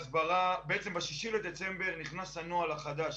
ב-6 בדצמבר נכנס הנוהל החדש